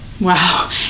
Wow